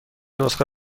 نسخه